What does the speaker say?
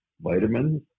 vitamins